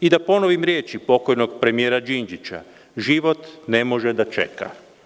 Da ponovim riječi pokojnog premijera Đinđića – život ne može da čeka.